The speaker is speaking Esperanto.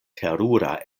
terura